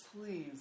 please